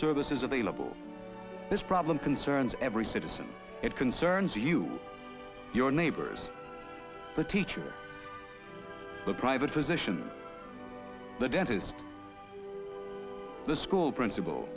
services available this problem concerns every citizen it concerns you your neighbors the teachers the privatization the dentist the school principal